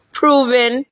proven